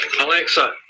Alexa